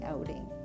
outing